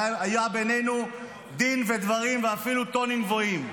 והיה בינינו דין ודברים ואפילו טונים גבוהים.